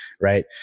right